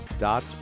dot